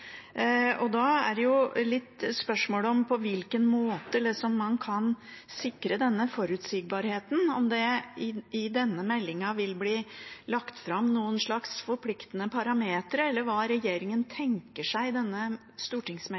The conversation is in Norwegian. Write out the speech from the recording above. Spørsmålet da er på hvilken måte man kan sikre denne forutsigbarheten. Vil det i denne meldingen bli lagt fram noen forpliktende parametre? Hva tenker regjeringen seg at denne stortingsmeldingen skal være? Kan statsråden si litt mer om det i